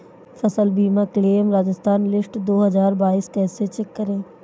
फसल बीमा claim Rajasthan list दो हज़ार बाईस कैसे चेक करें?